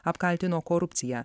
apkaltino korupcija